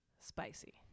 Spicy